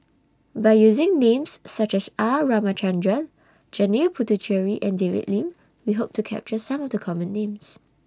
By using Names such as R Ramachandran Janil Puthucheary and David Lim We Hope to capture Some of The Common Names